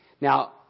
Now